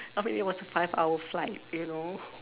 I mean it was a five hours flight you know